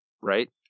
Right